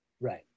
Right